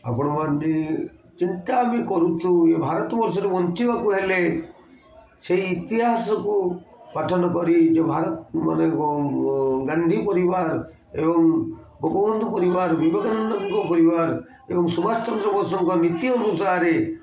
ଆପଣ ଚିନ୍ତା ବି କରୁଛୁ ଭାରତବର୍ଷରେ ବଞ୍ଚିବାକୁ ହେଲେ ସେଇ ଇତିହାସକୁ ପଠନ କରି ଯେ ଭାରତ ଗାନ୍ଧୀ ପରିବାର ଏବଂ ଗୋପବନ୍ଧୁ ପରିବାର ବିବେକାନନ୍ଦଙ୍କ ପରିବାର ଏବଂ ସୁଭାଷଚନ୍ଦ୍ର ବୋଷଙ୍କ ନୀତି ଅନୁସାରେ